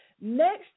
Next